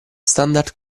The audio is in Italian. standard